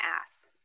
ass